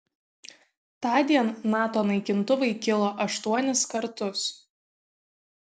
tądien nato naikintuvai kilo aštuonis kartus